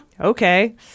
Okay